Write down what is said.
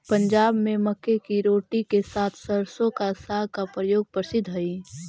पंजाब में मक्के की रोटी के साथ सरसों का साग का प्रयोग प्रसिद्ध हई